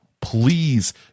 please